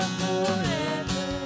forever